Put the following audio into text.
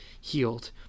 healed